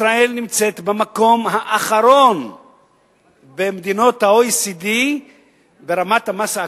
ישראל נמצאת במקום האחרון במדינות ה-OECD ברמת המס העקיף.